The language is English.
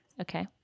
okay